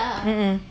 mm mm